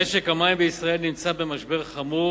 משק המים בישראל נמצא במשבר חמור,